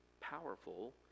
powerful